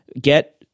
get